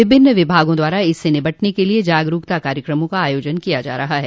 विभिन्न विभागों द्वारा इससे निपटने के लिए जागरूकता कार्यक्रमो का आयोजन किया जा रहा है